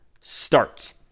starts